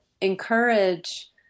encourage